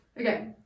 okay